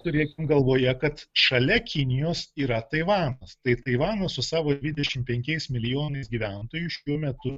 turėkim galvoje kad šalia kinijos yra taivanas tai taivanas su savo dvidešim penkiais milijonais gyventojų šiuo metu